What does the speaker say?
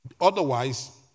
Otherwise